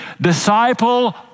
disciple